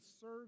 serve